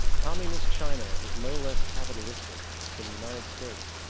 communist china is no less capitalistic than the united states.